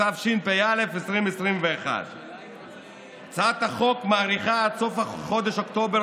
התשפ"א 2021. הצעת החוק מאריכה עד סוף חודש אוקטובר